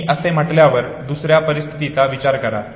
मी असे म्हटल्यावर दुसऱ्या परिस्थितीचा विचार करा